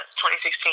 2016